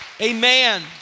Amen